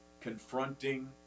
confronting